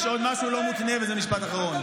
יש עוד משהו לא מותנה, וזה משפט אחרון.